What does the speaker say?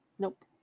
nope